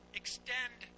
extend